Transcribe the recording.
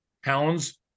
hounds